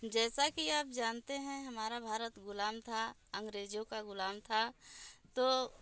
जैसे कि आप जानते हैं हमारा भारत ग़ुलाम था अंग्रेज़ों का ग़ुलाम था तो